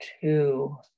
two